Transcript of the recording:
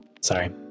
Sorry